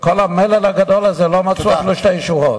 בכל המלל הגדול הזה לא מצאו אפילו שתי שורות.